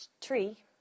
tree